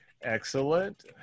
Excellent